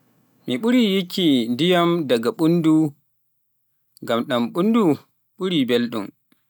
mi ɓuri yikki ndiyam daga ɓundu ngam ndan ɓundu ɓuri belɗam